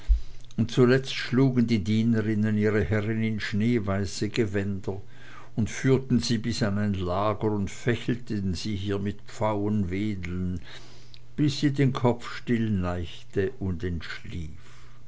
und zuletzt schlugen die dienerinnen ihre herrin in schneeweiße gewänder und führten sie bis an ein lager und fächelten sie hier mit pfauenwedeln bis sie den kopf still neigte und entschlief